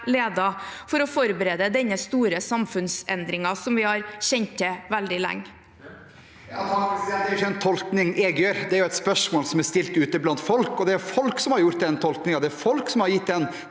for å forberede denne store samfunnsendringen som vi har kjent til veldig lenge. Erlend Svardal Bøe (H) Det er ikke en tolkning jeg gjør, det er et spørsmål som er stilt ute blant folk. Det er folk som har gjort den tolkningen, det er folk som har gitt den